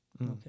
Okay